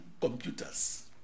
computers